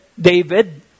David